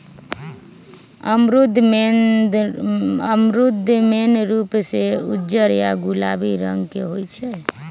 अमरूद मेन रूप से उज्जर या गुलाबी रंग के होई छई